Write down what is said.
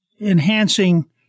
enhancing